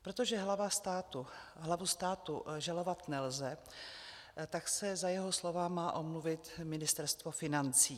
Protože hlavu státu žalovat nelze, tak se za jeho slova má omluvit Ministerstvo financí.